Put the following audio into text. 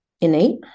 innate